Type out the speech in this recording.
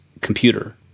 computer